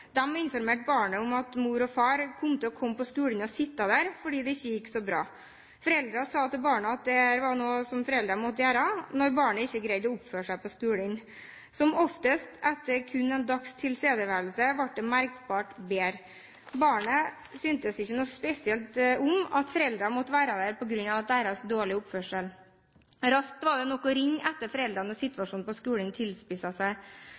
dem med på laget. De informerte barnet om at mor og far kom til å komme på skolen og sitte der, fordi det ikke gikk så bra. Foreldrene sa til barnet at dette var noe foreldrene måtte gjøre når barnet ikke greide å oppføre seg på skolen. Som oftest ble det etter kun en dags tilstedeværelse merkbart bedre. Barnet syntes ikke noe spesielt om at foreldrene måtte være der på grunn av deres dårlige oppførsel. Raskt var det nok å ringe etter foreldrene når situasjonen på skolen tilspisset seg.